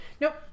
Nope